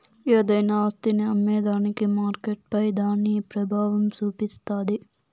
ఏదైనా ఆస్తిని అమ్మేదానికి మార్కెట్పై దాని పెబావం సూపిస్తాది